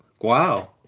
wow